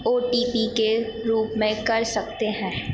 ओ T P के रूप में कर सकते हैं